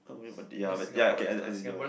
but ya ya okay as in as in ya